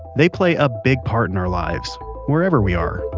they play a big part in our lives wherever we are